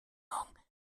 ordnung